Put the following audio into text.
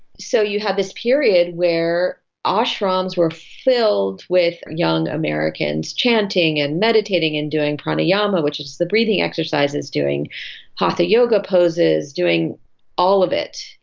so you have this period where ashrams were filled with young americans chanting and meditating and doing pranayama, which is the breathing exercises, doing hatha yoga poses, doing all of it.